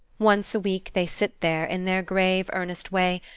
once a week they sit there, in their grave, earnest way,